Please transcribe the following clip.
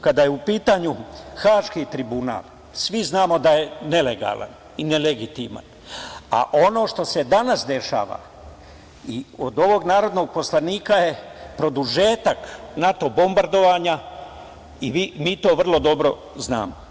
Kada je u pitanju Haški tribunal, svi znamo da je nelegalan i nelegitiman, a ono što se danas dešava, i od ovog narodnog poslanika, je produžetak NATO bombardovanja i mi to vrlo dobro znamo.